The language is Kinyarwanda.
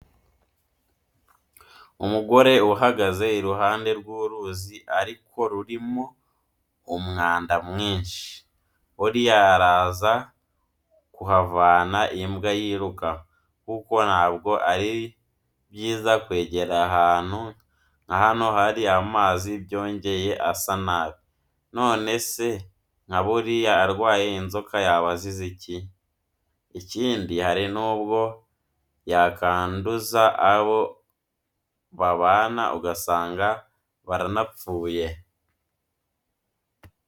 Umugore uhagaze iruhande rw'uruzi ariko rurimo umwanda mwinshi, buriya araza kuhavana imbwa yiruka, kuko ntabwo ari byiza kwegera ahantu nka hano hari amazi byongeyeho asa nabi, none se nka buriya arwaye inzoka yaba azize iki? Ikindi hari nubwo yakanduza abo babana ugasanga baranapfuye.